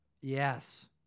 Yes